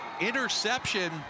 interception